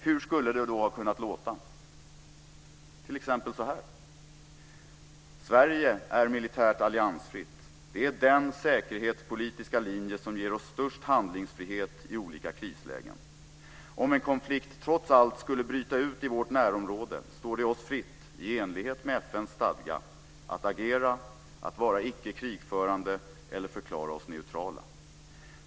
Hur skulle det då ha kunnat låta? Exempelvis så här: Sverige är militärt alliansfritt. Det är den säkerhetspolitiska linje som ger oss störst handlingsfrihet i olika krislägen. Om en konflikt trots allt skulle bryta ut i vårt närområde står det oss fritt att i enlighet med FN:s stadga agera, vara icke krigförande eller förklara oss neutrala.